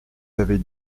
avais